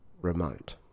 remote